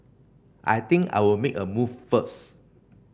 I think I'll make a move first